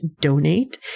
donate